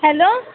hello